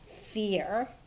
fear